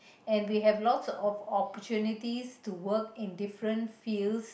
and we have lots of opportunities to work in different fields